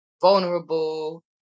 vulnerable